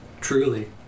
Truly